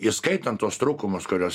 įskaitant tuos trūkumus kuriuos